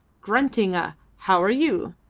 grunting a how are you?